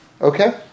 okay